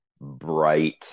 bright